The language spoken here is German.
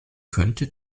könnte